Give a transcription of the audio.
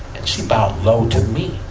and she bowed low to me.